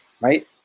right